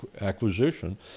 acquisition